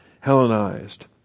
Hellenized